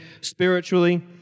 spiritually